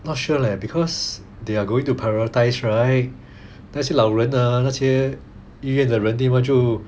not sure leh because they are going to prioritise right let's say 老人 ah 那些医院的人对 mah 就